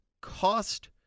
cost